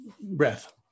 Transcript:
breath